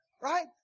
Right